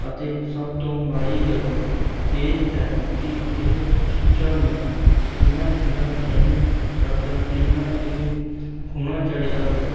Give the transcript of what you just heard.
ਅਤੇ ਸਭ ਤੋਂ ਮਾੜੀ ਗੱਲ ਇਹ ਹੈ ਕਿ ਇਹ ਚੀਜ਼ਾਂ ਨੂੰ ਇੰਨਾ ਠੰਡਾ ਨਹੀਂ ਰੱਖਦਾ ਜਿੰਨਾਂ ਇਹ ਹੋਣਾ ਚਾਹੀਦਾ ਹੈ